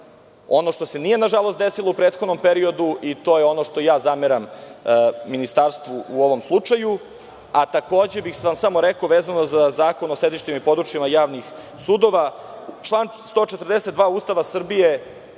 ono što se nije, nažalost, desilo u prethodnom periodu, i to je ono što zameram ministarstvu u ovom slučaju. Takođe, rekao bih vezano za Zakon o sedištima i područjima javnih sudova, član 142. Ustava Republike